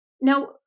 Now